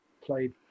played